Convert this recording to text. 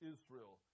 Israel